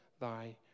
thy